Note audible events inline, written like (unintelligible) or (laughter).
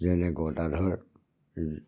যেনে গদাধৰ (unintelligible)